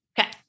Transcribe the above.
Okay